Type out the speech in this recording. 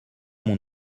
mon